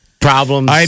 problems